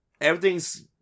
everything's